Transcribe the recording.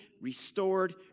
restored